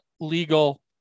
legal